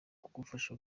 kugufasha